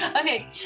Okay